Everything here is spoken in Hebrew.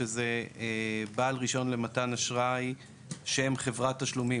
שזה בעל רישיון למתן אשראי שהוא חברת תשלומים,